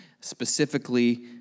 specifically